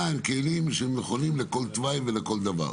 הם כלים נכונים לכל תוואי ולכל דבר.